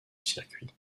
circuit